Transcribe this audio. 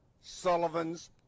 Sullivan's